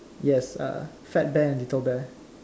yes uh fat bear and little bear